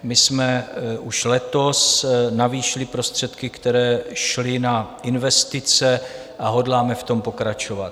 My jsme už letos navýšili prostředky, které šly na investice, a hodláme v tom pokračovat.